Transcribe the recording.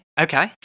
Okay